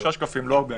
חמישה שקפים, לא הרבה.